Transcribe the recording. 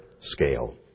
scale